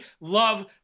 love